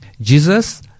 Jesus